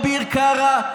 אביר קארה,